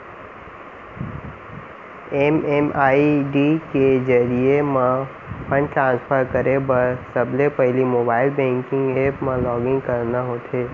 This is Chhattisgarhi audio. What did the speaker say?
एम.एम.आई.डी के जरिये म फंड ट्रांसफर करे बर सबले पहिली मोबाइल बेंकिंग ऐप म लॉगिन करना होथे